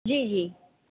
جی جی